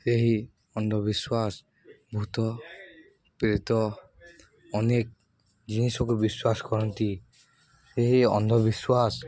ଏହି ଅନ୍ଧବିଶ୍ୱାସ ଭୂତ ପ୍ରେତ ଅନେକ ଜିନିଷକୁ ବିଶ୍ୱାସ କରନ୍ତି ଏହି ଅନ୍ଧବିଶ୍ୱାସ